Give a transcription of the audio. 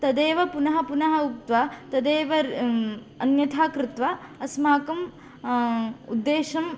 तदेव पुनः पुनः उक्त्वा तदेव अन्यथा कृत्वा अस्माकं उद्देश्यं